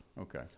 Okay